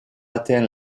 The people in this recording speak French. atteint